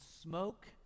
smoke